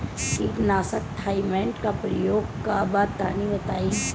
कीटनाशक थाइमेट के प्रयोग का बा तनि बताई?